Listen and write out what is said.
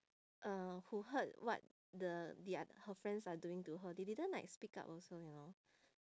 uh who heard what the their her friends are doing to her they didn't like speak up also you know